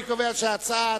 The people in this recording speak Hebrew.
אני קובע שההצעה